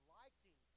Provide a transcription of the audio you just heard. liking